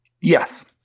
Yes